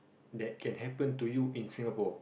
that can happen to you in Singapore